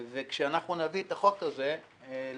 וכשאנחנו נביא את החוק הזה למליאה,